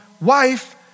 wife